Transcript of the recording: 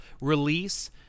release